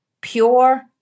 pure